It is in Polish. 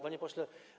Panie Pośle!